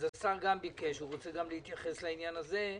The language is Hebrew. השר ביקש להתייחס גם לעניין הזה.